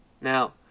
Now